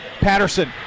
Patterson